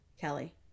Kelly